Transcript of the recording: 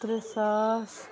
ترٛےٚ ساس